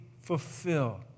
fulfill